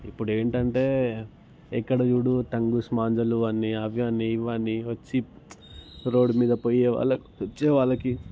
ఇప్పుడు ఏంటంటే ఎక్కడ చూడు టంగూస్ మాంజాలు అని అవనీ ఇవనీ వచ్చి రోడ్ మీద పోయే వాళ్ళకి వచ్చి వాళ్ళకి